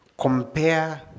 Compare